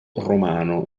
romano